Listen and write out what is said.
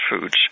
foods